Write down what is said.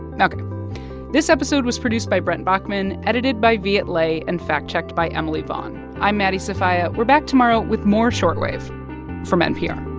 this episode was produced by brent baughman, edited by viet le and fact-checked by emily vaughn. i'm maddie sofia. we're back tomorrow with more short wave from npr